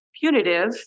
punitive